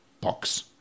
box